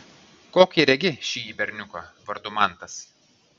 kokį regi šįjį berniuką vardu mantas